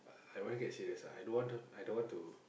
I only can say this lah I don't want to I don't want to